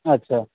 আচ্ছা